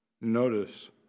Notice